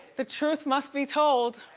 the truth must be told.